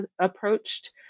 approached